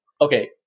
Okay